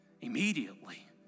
immediately